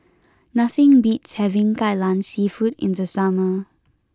nothing beats having Kai Lan seafood in the summer